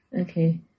okay